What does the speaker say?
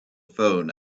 phone